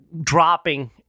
dropping